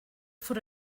for